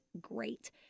great